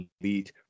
elite